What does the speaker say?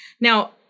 Now